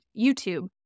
YouTube